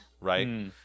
right